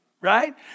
right